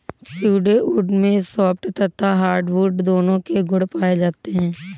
pseudo wood में soft तथा hardwood दोनों के गुण पाए जाते हैं